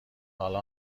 حالا